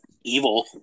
evil